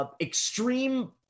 extreme